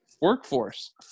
workforce